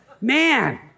man